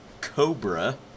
Cobra